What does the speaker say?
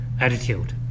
Attitude